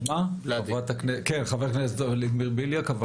ח"כ ולדימיר בליאק.